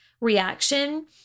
reaction